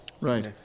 right